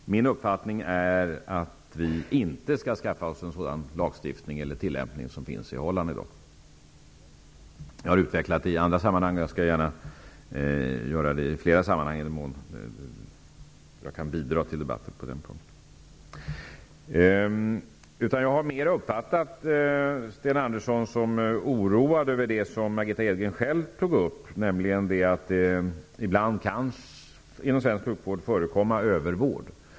Min uppfattning är att vi i Sverige inte skall skaffa oss en sådan lagstiftning eller tillämpning som i dag finns i Holland. Jag har utvecklat detta i andra sammanhang och gör det gärna i fler sammanhang, i den mån jag därigenom bidrar till debatten på den punkten. Jag har mer uppfattat Sten Andersson som oroad över det som Margitta Edgren själv tar upp, nämligen att det inom svensk sjukvård ibland förekommer övervård.